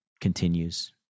continues